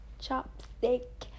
Chopstick